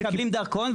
מקבלים דרכון,